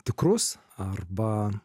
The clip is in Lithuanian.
tikrus arba